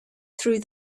through